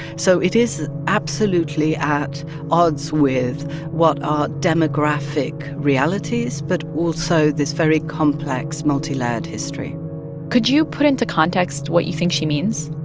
so it is absolutely at odds with what our demographic reality is, but also this very complex, multilayered history could you put into context what you think she means?